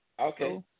Okay